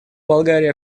болгария